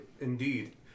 Indeed